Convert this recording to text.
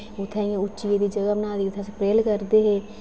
उत्थै इयां उच्ची जनेही जगहा बनाई दी होंदी उत्थै प्रेयल करदे हे